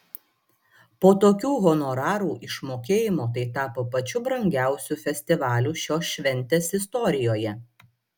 po tokių honorarų išmokėjimo tai tapo pačiu brangiausiu festivaliu šios šventės istorijoje